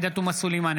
עאידה תומא סלימאן,